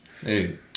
Hey